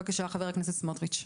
בבקשה, חבר הכנסת בצלאל סמוטריץ.